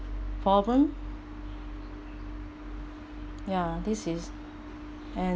problem ya this is and